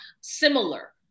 similar